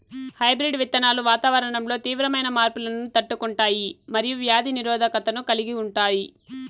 hybrid విత్తనాలు వాతావరణంలో తీవ్రమైన మార్పులను తట్టుకుంటాయి మరియు వ్యాధి నిరోధకతను కలిగి ఉంటాయి